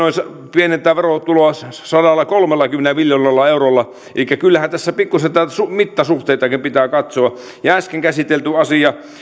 pienentää verotuloa sadallakolmellakymmenellä miljoonalla eurolla elikkä kyllähän tässä pikkuisen mittasuhteita pitää katsoa ja äsken käsitellyn asian